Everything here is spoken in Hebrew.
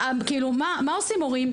מה עושים הורים?